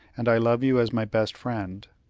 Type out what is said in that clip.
and i love you as my best friend.